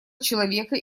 человека